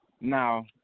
Now